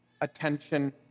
attention